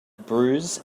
bruise